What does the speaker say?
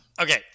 Okay